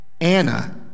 Anna